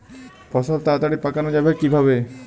ফসল তাড়াতাড়ি পাকানো যাবে কিভাবে?